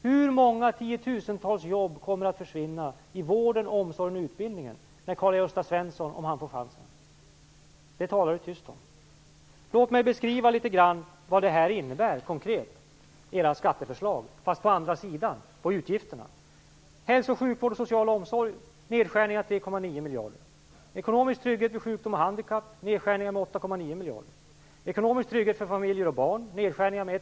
Hur många tiotusentals jobb kommer att försvinna i vården, omsorgen och utbildningen om Karl Gösta Svenson får chansen? Det talar han tyst om. Låt mig beskriva litet grand vad era skatteförslag innebär konkret, fast då för utgifterna. Hälsa och sjukvård, social omsorg: Nedskärningar med 3,9 miljarder.